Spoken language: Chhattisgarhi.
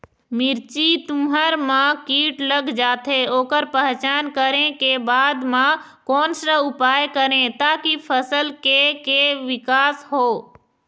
मिर्ची, तुंहर मा कीट लग जाथे ओकर पहचान करें के बाद मा कोन सा उपाय करें ताकि फसल के के विकास हो?